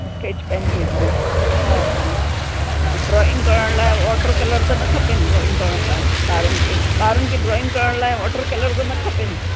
sketch pen भेजां अछा और ड्रॉईंग करण लाइ वॉटर कलर त न खपेनि ड्रॉईंग करण लाइ ॿारनि खे ॿारनि खे ड्रॉईंग करण लाइ वॉटर कलर त न खपनि